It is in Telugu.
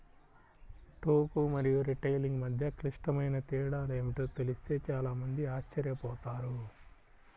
టోకు మరియు రిటైలింగ్ మధ్య క్లిష్టమైన తేడాలు ఏమిటో తెలిస్తే చాలా మంది ఆశ్చర్యపోతారు